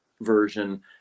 version